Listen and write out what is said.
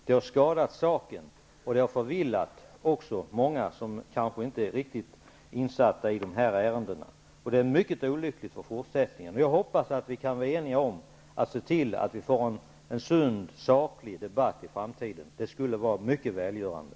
Den har skadat saken och förvillat många som kanske inte är riktigt insatta i dessa ärenden. Detta är mycket olyckligt för fortsättningen. Jag hoppas vi kan vara eniga om att se till att vi får en sund, saklig debatt i framtiden. Det skulle vara mycket välgörande.